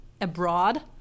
abroad